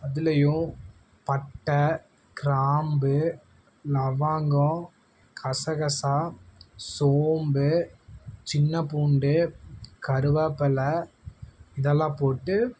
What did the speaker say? அதுலேயும் பட்டை கிராம்பு லவங்கம் கசகசா சோம்பு சின்ன பூண்டு கருவேப்பில இதெல்லாம் போட்டு